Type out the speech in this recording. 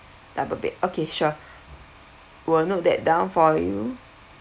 double bed okay sure will note that down for you